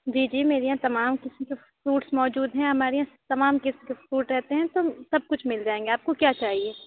جی جی میرے یہاں تمام قسم کے فروٹس موجود ہیں ہمارے یہاں تمام قسم کے فروٹس رہتے ہیں سب کچھ مل جائیں گے آپ کو کیا چاہیے